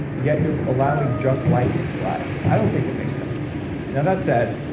yet you're allowing junk light into your eyes. i don't think it makes sense you know that said,